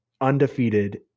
undefeated